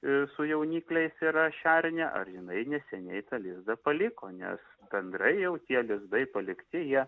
i su jaunikliais yra šernė ar jinai neseniai tą lizdą paliko nes gandrai jau tie lizdai palikti jie